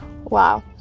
Wow